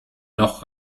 noch